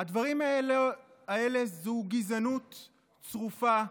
הדברים האלה הם גזענות צרופה,